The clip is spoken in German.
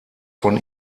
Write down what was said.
von